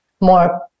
more